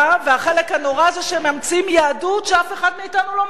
והחלק הנורא זה שהם ממציאים יהדות שאף אחד מאתנו לא מכיר.